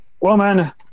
woman